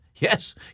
Yes